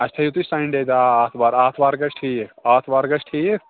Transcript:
اَسہِ تھٲیِو تُہۍ سنڈے دۄہ آ آتھوار آتھوار گژھِ ٹھیٖک آتھوار گژھِ ٹھیٖک